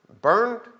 burned